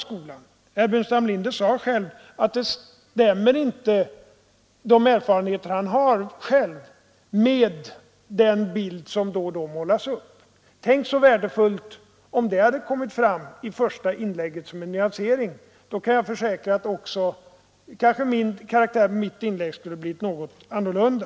Herr Burenstam Linder sade att hans egna erfarenheter inte stämmer med den bild som då och då målas upp — men tänk så värdefullt det hade varit om det hade kommit fram som en nyansering i herr Burenstam Linders första inlägg! Då är det möjligt att också karaktären på mitt inlägg hade blivit något annorlunda.